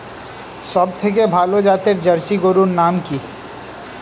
সবথেকে ভালো জাতের জার্সি গরুর নাম কি?